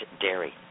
dairy